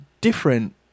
different